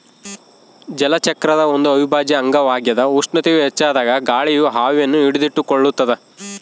ಜಲಚಕ್ರದ ಒಂದು ಅವಿಭಾಜ್ಯ ಅಂಗವಾಗ್ಯದ ಉಷ್ಣತೆಯು ಹೆಚ್ಚಾದಾಗ ಗಾಳಿಯು ಆವಿಯನ್ನು ಹಿಡಿದಿಟ್ಟುಕೊಳ್ಳುತ್ತದ